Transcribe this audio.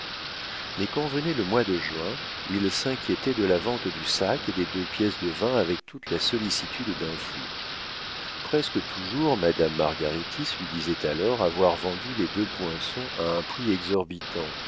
mais quand venait le mois de juin il s'inquiétait de la vente du sac et des deux pièces de vin avec toute la sollicitude d'un fou presque toujours madame margaritis lui disait alors avoir vendu les deux poinçons à un prix exorbitant